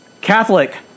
Catholic